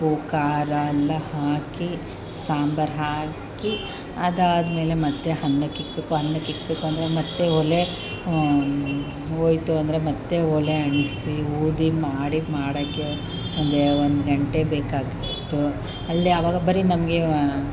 ಉಪ್ಪು ಖಾರ ಎಲ್ಲ ಹಾಕಿ ಸಾಂಬಾರು ಹಾಕಿ ಅದಾದಮೇಲೆ ಮತ್ತೆ ಅನ್ನಕ್ಕೆ ಇಡ್ಬೇಕು ಅನ್ನಕ್ಕೆ ಇಡ್ಬೇಕು ಅಂದರೆ ಮತ್ತೆ ಒಲೆ ಹೋಯಿತು ಅಂದರೆ ಮತ್ತೆ ಒಲೆ ಅಂಟಿಸಿ ಊದಿ ಮಾಡಿ ಮಾಡೋಕ್ಕೆ ಒಂದೆರ್ ಒಂದು ಗಂಟೆ ಬೇಕಾಗಿತ್ತು ಅಲ್ಲಿ ಆವಾಗ ಬರೀ ನಮಗೆ